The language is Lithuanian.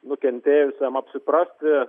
nukentėjusiam apsiprasti